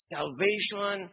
Salvation